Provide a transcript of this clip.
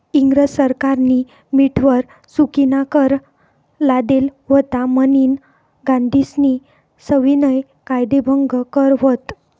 इंग्रज सरकारनी मीठवर चुकीनाकर लादेल व्हता म्हनीन गांधीजीस्नी सविनय कायदेभंग कर व्हत